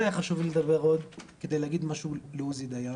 כן היה חשוב לי לדבר עוד כדי להגיד משהו לעוזי דיין.